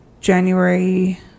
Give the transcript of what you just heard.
January